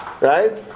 Right